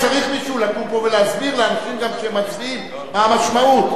צריך מישהו לקום פה ולהסביר לאנשים שמצביעים מה המשמעות.